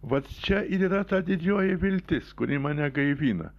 vat čia ir yra ta didžioji viltis kuri mane gaivina